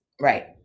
Right